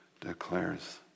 declares